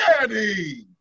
daddy